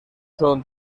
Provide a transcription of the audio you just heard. son